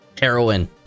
heroin